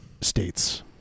states